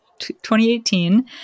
2018